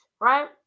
right